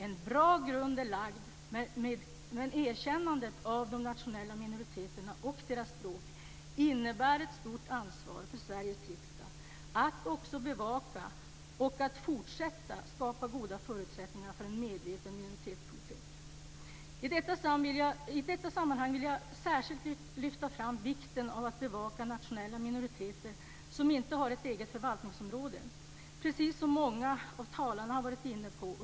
En bra grund är lagd, men erkännandet av de nationella minoriteterna och deras språk innebär ett stort ansvar för Sveriges riksdag att också bevaka och fortsatt skapa goda förutsättningar för en medveten minoritetspolitik. I detta sammanhang vill jag särskilt lyfta fram vikten av att bevaka de nationella minoriteter som inte har ett eget förvaltningsområde, vilket många av talarna har varit inne på.